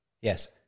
Yes